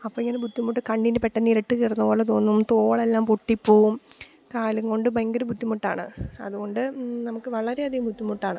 അപ്പോൾ ഇങ്ങനെ ബുദ്ധിമുട്ട് കണ്ണിന് പെട്ടെന്ന് ഇരുട്ട് കയറുന്നതുപോലെ തോന്നും തോളെല്ലാം പൊട്ടിപ്പോവും കാലുകൊണ്ട് ഭയങ്കര ബുദ്ധിമുട്ടാണ് അതുകൊണ്ട് നമുക്ക് വളരെയധികം ബുദ്ധിമുട്ടാണ്